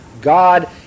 God